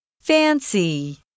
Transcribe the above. Fancy